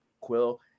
Quill